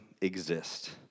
exist